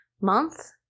month